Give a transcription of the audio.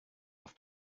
auf